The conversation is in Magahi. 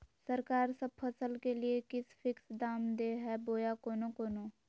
सरकार सब फसल के लिए एक फिक्स दाम दे है बोया कोनो कोनो?